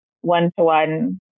one-to-one